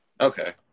Okay